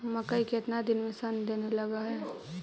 मकइ केतना दिन में शन देने लग है?